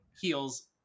heals